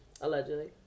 Allegedly